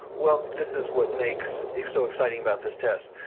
well this is what makes it so exciting about this test,